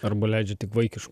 arba leidžia tik vaikiš